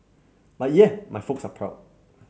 but yeah my folks are proud